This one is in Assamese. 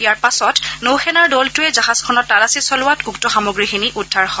ইয়াৰ পাছত নৌ সেনাৰ দলটোৱে জাহাজখনত তালাচী চলোৱাত উক্ত সামগ্ৰীখিনি উদ্ধাৰ হয়